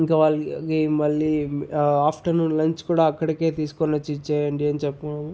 ఇంక వాళ్ళకి మళ్లీ ఆఫ్టర్నూన్ లంచ్ కూడా అక్కడికే తీసుకొని వచ్చి ఇచ్చేయండి అని చెప్పు